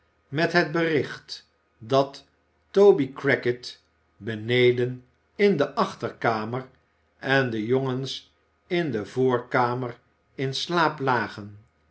met het bericht dat toby crackit beneden in de achterkamer en de jongens in de voorkamer in slaap lagen